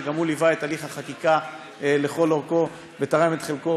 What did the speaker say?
שגם הוא ליווה את הליך החקיקה לכל אורכו ותרם את חלקו,